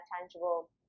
tangible